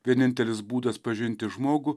vienintelis būdas pažinti žmogų